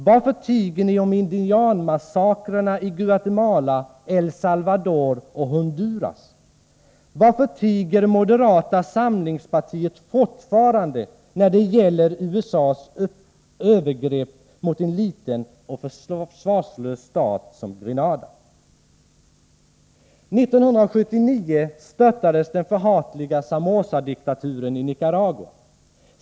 Varför tiger ni om indianmassakrerna i Guatemala, El Salvador och Honduras? Varför tiger moderata samlingspartiet fortfarande om USA:s övergrepp mot en liten och försvarslös stat som Grenada? 1979 störtades den förhatliga Somozadiktaturen i Nicaragua.